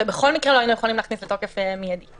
ובכל מקרה לא היינו יכולים להכניס לתוקף מיידי.